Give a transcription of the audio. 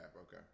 Okay